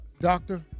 Doctor